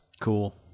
Cool